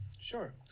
Sure